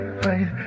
fight